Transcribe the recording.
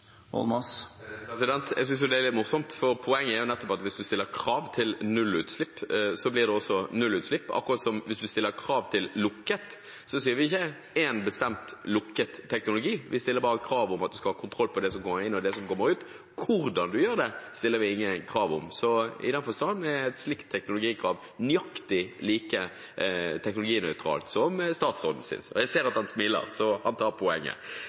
Jeg synes det er litt morsomt, for poenget er nettopp at hvis man stiller krav til nullutslipp, blir det også nullutslipp, akkurat som hvis man stiller krav til lukket, mener vi ikke en bestemt lukket teknologi, vi stiller bare krav om at man skal ha kontroll på det som kommer inn, og det som kommer ut. Hvordan man gjør det, stiller vi ingen krav om. Så i den forstand er et slikt teknologikrav nøyaktig like teknologinøytralt som statsråden synes. Jeg ser at han smiler, så han tar poenget.